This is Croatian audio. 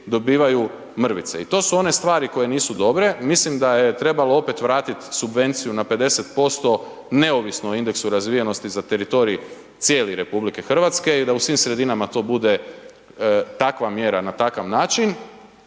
dobivaju mrvice i to su one stvari koje nisu dobre, mislim da je trebalo opet vratit subvenciju na 50% neovisno o indeksu razvijenosti za teritorij cijeli RH i da u svim sredinama to bude takva mjera na takav način,